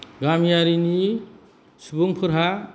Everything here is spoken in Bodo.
गामियारिनि सुबुंफोरहा